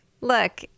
Look